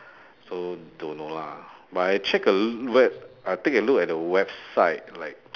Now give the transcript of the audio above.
so don't know lah but I check a web I take a look at the website like